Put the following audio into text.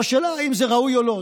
עכשיו השאלה אם זה ראוי או לא.